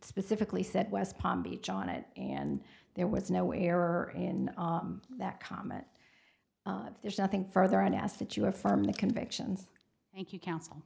specifically said west palm beach on it and there was no error in that comment there's nothing further i ask that you are from the convictions thank you counsel